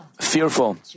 fearful